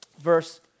verse